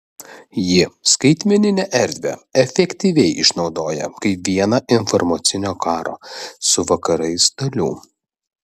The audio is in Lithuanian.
ji skaitmeninę erdvę efektyviai išnaudoja kaip vieną informacinio karo su vakarais dalių